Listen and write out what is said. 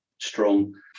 strong